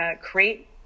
create